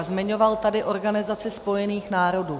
Zmiňoval tady Organizaci spojených národů.